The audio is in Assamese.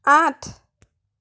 আঠ